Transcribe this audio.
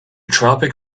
tropic